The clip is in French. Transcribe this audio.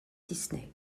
disney